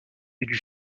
lui